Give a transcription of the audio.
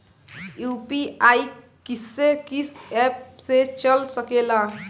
UPI किस्से कीस app से चल सकेला?